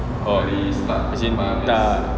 oh as in tak ah